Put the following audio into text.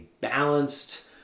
balanced